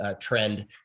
trend